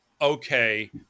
okay